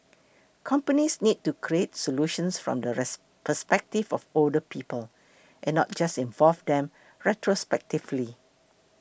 companies need to create solutions from the perspective of older people and not just involve them retrospectively